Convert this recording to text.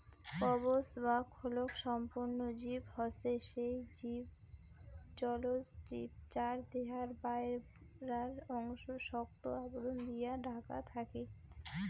কবচ বা খোলক সম্পন্ন জীব হসে সেই সব জলজ জীব যার দেহার বায়রার অংশ শক্ত আবরণ দিয়া ঢাকা থাকি